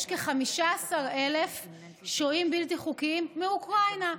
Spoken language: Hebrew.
יש כ-15,000 שוהים בלתי חוקיים מאוקראינה,